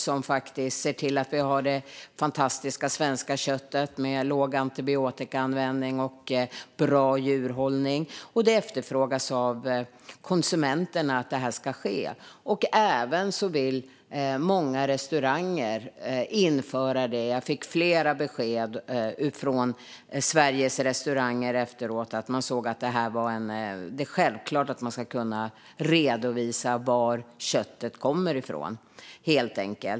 Det är de som ser till att vi har det fantastiska svenska köttet med låg antibiotikaanvändning och bra djurhållning. Att det ska ske är något som efterfrågas av konsumenterna. Även många restauranger vill införa det. Jag fick flera besked från Sveriges restauranger. De såg det som självklart att man ska kunna redovisa var köttet kommer ifrån.